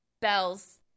Bell's